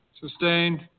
Sustained